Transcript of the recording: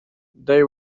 they